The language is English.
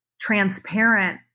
transparent